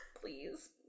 please